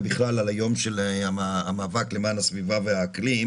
ובכלל על יום המאבק למען הסביבה והאקלים.